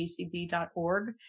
acb.org